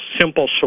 simple